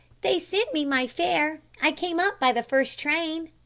they sent me my fare. i came up by the first train.